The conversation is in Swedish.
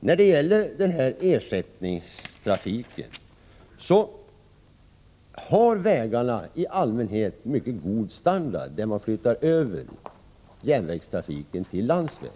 Beträffande ersättningstrafiken har vägarna i allmänhet mycket god standard på de sträckor där man flyttar över järnvägstrafiken till landsväg.